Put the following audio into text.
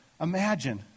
imagine